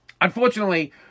unfortunately